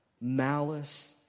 malice